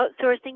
outsourcing